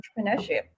entrepreneurship